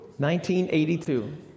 1982